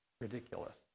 ridiculous